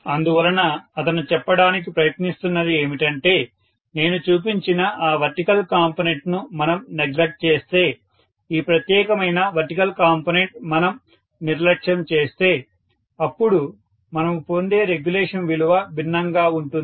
అందువలన అతను చెప్పడానికి ప్రయత్నిస్తున్నది ఏమిటంటే నేను చూపించిన ఆ వర్టికల్ కాంపోనెంట్ ను మనం నెగ్లెక్ట్ చేస్తే ఈ ప్రత్యేకమైన వర్టికల్ కాంపోనెంట్ మనం నిర్లక్ష్యం చేస్తే అప్పుడు మనము పొందే రెగ్యులేషన్ విలువ భిన్నంగా ఉంటుంది